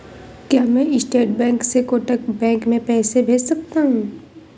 क्या मैं State Bank से कोटक बैंक में पैसे भेज सकता हूँ?